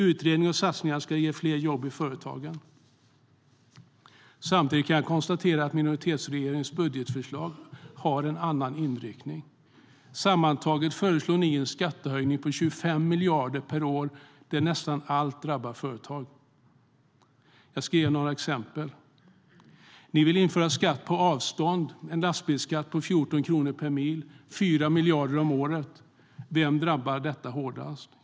Utredningar och satsningar ska skapa fler jobb i företagen. Ni vill införa skatt på avstånd, en lastbilsskatt på 14 kronor per mil. Det blir 4 miljarder om året. Vem drabbar detta hårdast?